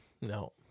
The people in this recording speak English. no